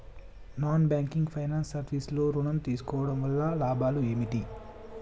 Non banking finance service లో ఋణం తీసుకోవడం వల్ల లాభాలు ఏమిటి?